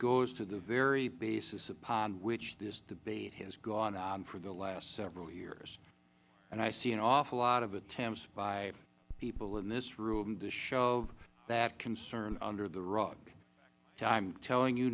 goes to the very basis upon which this debate has gone on for the last several years and i see an awful lot of attempts by people in this room to shove that concern under the rug i am telling you